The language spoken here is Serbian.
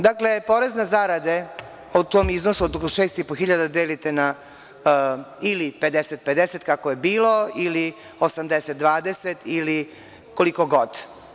Dakle, porez na zarade, u tom iznosu od 6.500 delite na ili 50-50, kako je bilo, ili 80-20, ili koliko god.